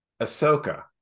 ahsoka